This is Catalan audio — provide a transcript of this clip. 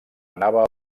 anava